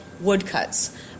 woodcuts